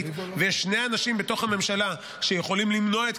ויש שני אנשים בתוך הממשלה שיכולים למנוע את